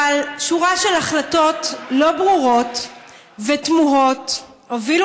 אבל שורה של החלטות לא ברורות ותמוהות הובילו